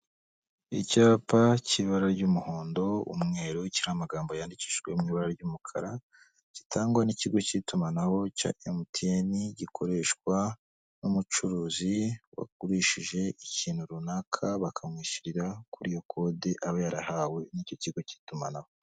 Icyapa cy'ibara ry'umuhondo, umweru, kiriho amagambo yandikijwe mu ibara ry'umukara gitangwa n'ikigo cy'itumanaho cya MTN, gikoreshwa n'umucuruzi wagurishije ikintu runaka bakamwishyurira kuri iyo kode aba yarahawe n'icyo kigo cy'itumanaho.